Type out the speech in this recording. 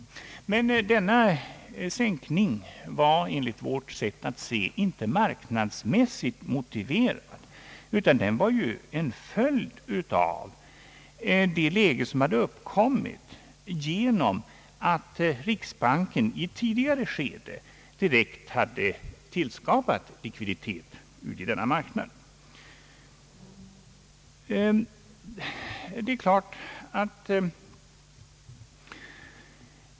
Men denna sänkning var enligt vårt sätt att se inte marknadsmässigt motiverad, utan den var en följd av det läge som hade uppkommit genom att riksbanken i ett tidigare skede direkt hade skapat likviditet på denna marknad.